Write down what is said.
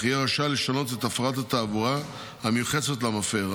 אך יהיה רשאי לשנות את הפרת התעבורה המיוחסת למפר.